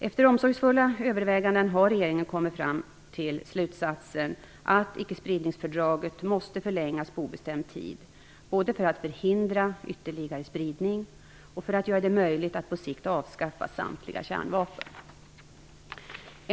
Efter omsorgsfulla överväganden har regeringen kommit fram till slutsatsen att ickespridningsfördraget måste förlängas på obestämd tid både för att förhindra ytterligare spridning och för att göra det möjligt att på sikt avskaffa samtliga kärnvapen.